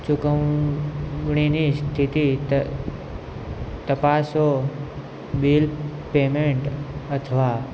ચૂકવણીની સ્થિતિ તપાસો બિલ પેમેન્ટ અથવા